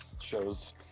shows